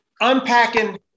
unpacking